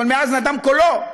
אבל מאז נדם קולו,